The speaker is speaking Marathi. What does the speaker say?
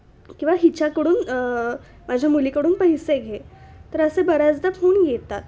किंवा हिच्याकडून माझ्या मुलीकडून पैसे घे तर असे बऱ्याचदा फोन येतात